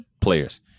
players